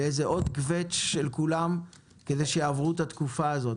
לאיזה עוד קווץ' של כולם כדי שיעברו את התקופה הזאת.